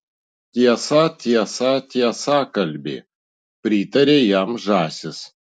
tiesą tiesą tiesą kalbi pritarė jam žąsys